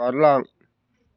बारलां